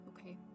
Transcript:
okay